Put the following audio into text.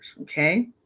Okay